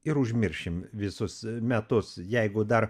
ir užmiršim visus metus jeigu dar